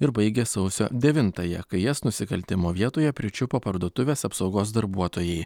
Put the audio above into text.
ir baigė sausio devintąją kai jas nusikaltimo vietoje pričiupo parduotuvės apsaugos darbuotojai